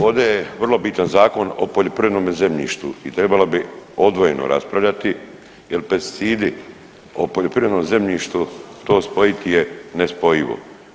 Od vode je vrlo bitan Zakon o poljoprivrednom zemljištu i trebalo bi odvojeno raspravljati, jer pesticidi o poljoprivrednom zemljištu to spojiti je nespojivo.